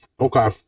Okay